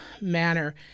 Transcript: manner